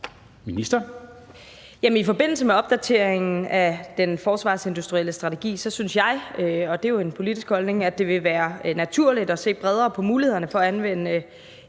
(Trine Bramsen): I forbindelse med opdateringen af den forsvarsindustrielle strategi, så synes jeg – og det er jo en politisk holdning – at det vil være naturligt at se bredere på mulighederne for at anvende